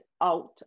out